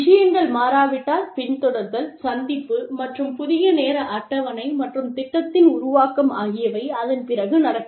விஷயங்கள் மாறாவிட்டால் பின் தொடர்தல் சந்திப்பு மற்றும் புதிய நேர அட்டவணை மற்றும் திட்டத்தின் உருவாக்கம் ஆகியவை அதன் பிறகு நடக்கும்